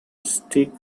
stick